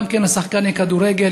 לשחקני כדורגל,